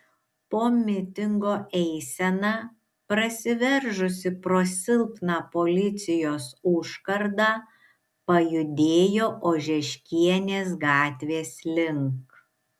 po mitingo eisena prasiveržusi pro silpną policijos užkardą pajudėjo ožeškienės gatvės link